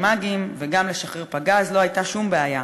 " ירי, "מא"גים וגם לשחרר פגז לא הייתה שום בעיה,